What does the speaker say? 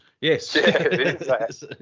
Yes